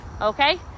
okay